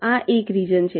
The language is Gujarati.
આ એક રિજન છે